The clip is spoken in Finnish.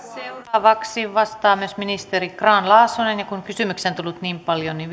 seuraavaksi vastaa myös ministeri grahn laasonen ja kun kysymyksiä on tullut niin paljon niin